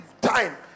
time